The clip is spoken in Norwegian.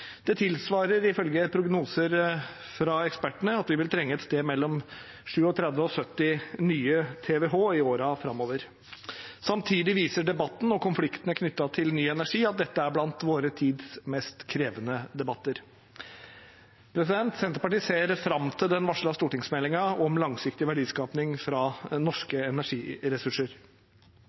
Det tilsvarer ifølge prognoser fra ekspertene at vi vil trenge et sted mellom 37 og 70 nye TWh i årene framover. Samtidig viser debatten og konfliktene knyttet til ny energi at dette er blant vår tids mest krevende debatter. Senterpartiet ser fram til den varslede stortingsmeldingen om langsiktig verdiskaping fra norske energiressurser.